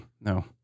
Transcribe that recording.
No